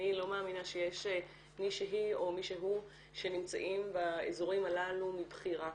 אני לא מאמינה שיש מישהי או מישהו שנמצאים באזורים הללו מבחירה.